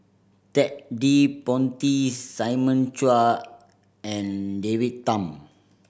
Ted De Ponti Simon Chua and David Tham